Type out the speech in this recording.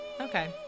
Okay